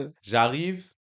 J'arrive